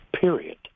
period